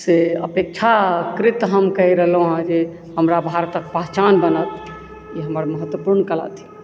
से अपेक्षाकृत हम कहि रहलहुॅं हैॅं जे हमरा भारतक पहचान बनत ई हमर महत्वपूर्ण कला थिक